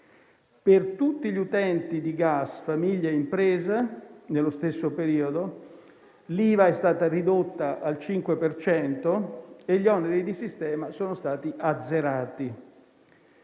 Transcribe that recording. Per tutti gli utenti di gas, famiglie e imprese, nello stesso periodo, l'IVA è stata ridotta al 5 per cento e gli oneri di sistema sono stati azzerati.